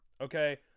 Okay